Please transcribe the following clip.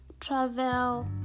travel